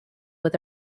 with